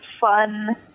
fun